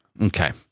Okay